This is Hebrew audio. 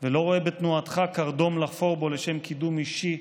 ולא רואה בתנועתך קרדום לחפור בו לשם קידום אישי,